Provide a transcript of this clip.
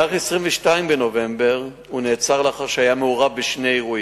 בתאריך 22 בנובמבר הוא נעצר לאחר שהיה מעורב בשני אירועים.